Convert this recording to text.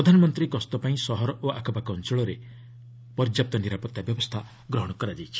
ପ୍ରଧାନମନ୍ତ୍ରୀଙ୍କ ଗସ୍ତ ପାଇଁ ସହର ଓ ଆଖପାଖ ଅଞ୍ଚଳରେ ପର୍ଯ୍ୟାପ୍ତ ନିରାପତ୍ତା ବ୍ୟବସ୍ଥା ଗ୍ରହଣ କରାଯାଇଛି